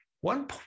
One